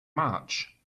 march